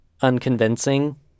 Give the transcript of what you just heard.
unconvincing